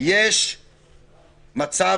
יש מצב,